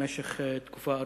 במשך תקופה ארוכה.